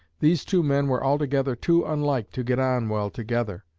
these two men were altogether too unlike to get on well together.